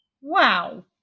Wow